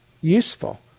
useful